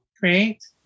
Great